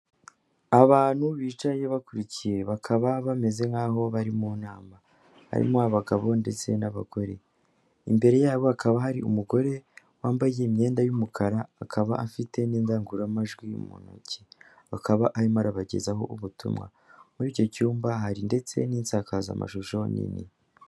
Abantu bicaye bakurikiye bakaba bameze nk'aho bari mu nama, harimo abagabo ndetse n'abagore. Imbere yabo hakaba hari umugore wambaye imyenda y'umukara akaba afite n'indangururamajwi mu ntoki, bakaba arimo arabagezaho ubutumwa. Muri icyo cyumba hari ndetse n'insakazamashusho nini.